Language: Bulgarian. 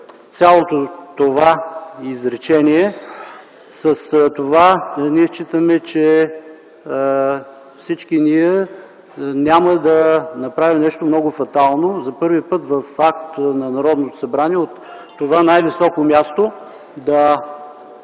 цялото това изречение. С това ние считаме, че всички ние няма да направим нещо много фатално – за първи път в акт на Народното събрание от това най-високо място да